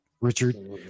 Richard